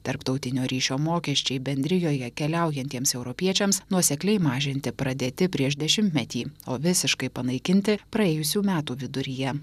tarptautinio ryšio mokesčiai bendrijoje keliaujantiems europiečiams nuosekliai mažinti pradėti prieš dešimtmetį o visiškai panaikinti praėjusių metų viduryje